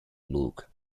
look